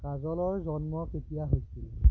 কাজলৰ জন্ম কেতিয়া হৈছিল